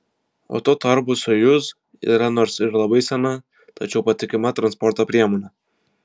o tuo tarpu sojuz yra nors ir labai sena tačiau patikima transporto priemonė